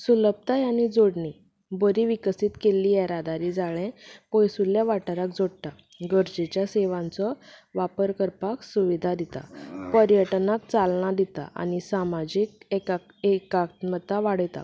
सुलभताय आनी जोडणी बरी विकसीत केल्ली येरादारी जाळें पयसुल्या वाठारांक जोडटा गरजेच्या सेवांचो वापर करपाक सुविधा दितात पर्यटनाक चालना दितात आनी सामाजीक एक एकात्मकता वाडयता